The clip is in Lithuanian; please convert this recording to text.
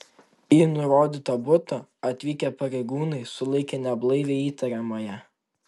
į nurodytą butą atvykę pareigūnai sulaikė neblaivią įtariamąją